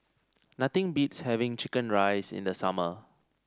nothing beats having chicken rice in the summer